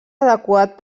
adequat